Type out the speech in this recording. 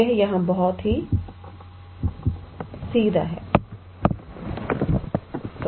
यह बहुत सीधा है